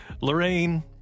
Lorraine